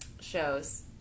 shows